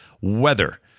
weather